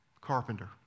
carpenter